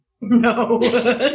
no